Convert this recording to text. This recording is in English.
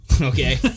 Okay